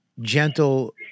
gentle